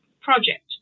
project